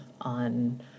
on